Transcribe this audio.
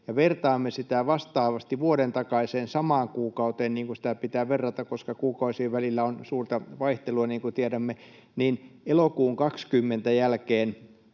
ja vertaamme sitä vastaavasti vuoden takaiseen samaan kuukauteen, niin kuin sitä pitää verrata, koska kuukausien välillä on suurta vaihtelua, niin kuin tiedämme, niin elokuun 20 jälkeen